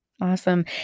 Awesome